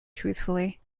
truthfully